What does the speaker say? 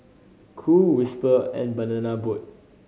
Cool Whisper and Banana Boat